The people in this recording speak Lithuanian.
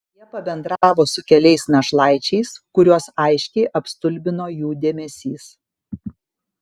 jie pabendravo su keliais našlaičiais kuriuos aiškiai apstulbino jų dėmesys